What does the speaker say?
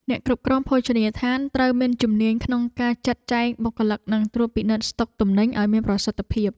អ្នកគ្រប់គ្រងភោជនីយដ្ឋានត្រូវមានជំនាញក្នុងការចាត់ចែងបុគ្គលិកនិងត្រួតពិនិត្យស្តុកទំនិញឱ្យមានប្រសិទ្ធភាព។